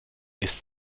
ist